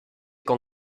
con